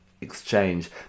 exchange